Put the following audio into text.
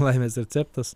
laimės receptas